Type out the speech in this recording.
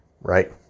right